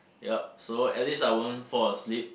yup so at least I won't fall asleep